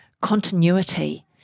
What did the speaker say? continuity